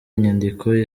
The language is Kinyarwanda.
inyandiko